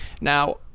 Now